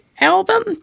album